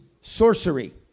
sorcery